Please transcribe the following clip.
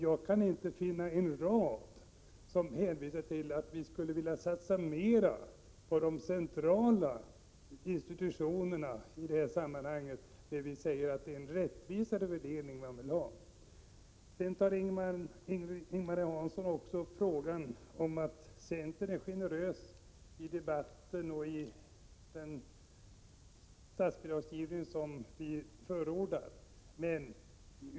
Jag kan inte finna en rad med någon hänvisning till att vi skulle vilja satsa mera på de centrala institutionerna. Ing-Marie Hansson talar om att vi i centerpartiet är generösa i den statsbidragsgivning som vi förordar.